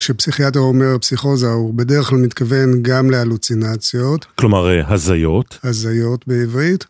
כשפסיכיאטר אומר פסיכוזה הוא, בדרך כלל, מתכוון גם להלוצינציות. כלומר, הזיות. הזיות, בעברית...